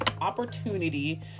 opportunity